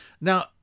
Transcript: now